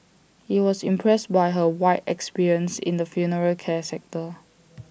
he was impressed by her wide experience in the funeral care sector